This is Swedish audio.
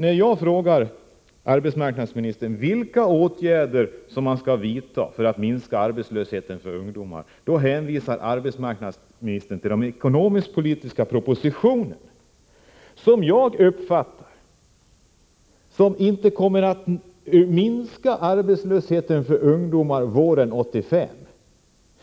När jag frågar arbetsmarknadsministern vilka åtgärder som regeringen skall vidta för att minska arbetslösheten för ungdomar hänvisar arbetsmarknadsministern till ekonomisk-politiska propositioner, som enligt min uppfattning inte kommer att minska arbetslösheten för ungdomar våren 1985.